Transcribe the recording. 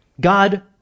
God